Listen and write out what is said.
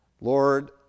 Lord